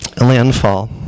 landfall